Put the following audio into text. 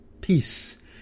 peace